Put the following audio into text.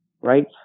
right